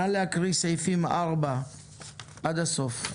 נא להקריא סעיפים 4 עד הסוף.